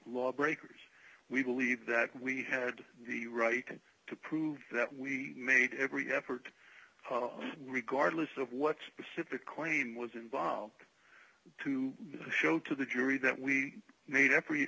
lawbreakers we believe that we had the right and to prove that we made every effort regardless of what specific queen was involved to show to the jury that we made every